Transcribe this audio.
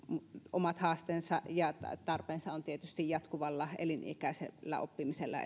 omat haasteensa ja tarpeensa on tietysti jatkuvalla elinikäisellä oppimisella